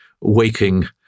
waking